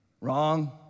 Wrong